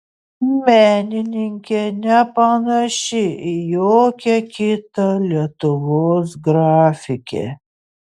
menininkė nepanaši į jokią kitą lietuvos grafikę